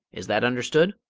is that understood?